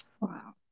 Wow